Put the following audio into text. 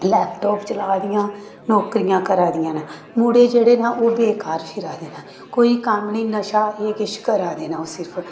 laptop चलाऽ दियां नौकरियां करा दियां न मुड़े जेह्ड़े न ओह् बेकार फिरा दे न कोई कम्म नेईं नशा एह् किश करा दे न ओह् सिर्फ